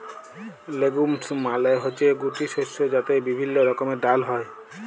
legumes মালে হচ্যে গুটি শস্য যাতে বিভিল্য রকমের ডাল হ্যয়